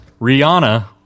rihanna